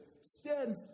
stand